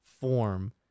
form